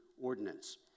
ordinance